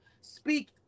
speak